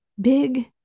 big